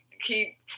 keep